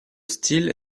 style